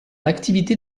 l’activité